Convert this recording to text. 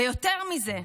ויותר מזה,